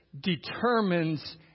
determines